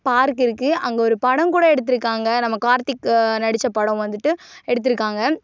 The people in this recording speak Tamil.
பார்க் இருக்குது அங்கே ஒரு படம் கூட எடுத்துருக்காங்க நம்ம கார்த்திக் நடித்த படம் வந்துட்டு எடுத்துருக்காங்க